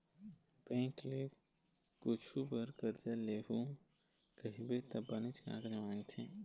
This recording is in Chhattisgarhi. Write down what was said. बेंक ले कुछु बर करजा लेहूँ कहिबे त बनेच कागज मांगथे